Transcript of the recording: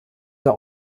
der